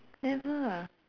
never ah